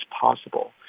possible